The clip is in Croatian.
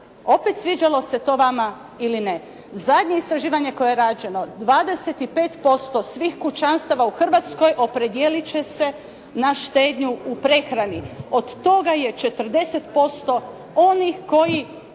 opet sviđalo se to vama ili ne. Zadnje istraživanje koje je rađeno 25% svih kućanstava u Hrvatskoj opredijeliti će se na štednju u prehrani. Od toga je 40% onih koji